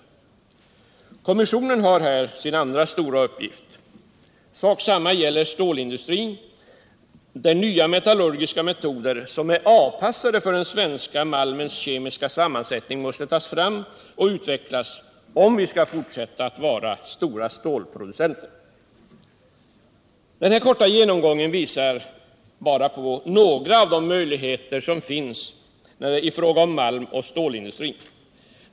Kommissionen har här sin andra stora uppgift. Sak samma gäller stålindustrin, där nya metallurgiska metoder, som är avpassade för den svenska malmens kemiska sammansättning, måste tas fram och utvecklas, om vi skall fortsätta att vara stora stålproducenter. Den här korta genomgången visar bara på några av de möjligheter som finns i fråga om malmoch stålindustrin.